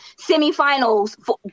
semifinals